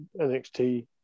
NXT